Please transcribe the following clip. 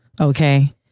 Okay